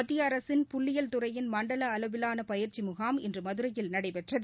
மத்திய அரசின் புள்ளியியல் துறையின் மண்டல அளவிலான பயிற்சி முகாம் இன்று மதுரையில் நடைபெற்றுது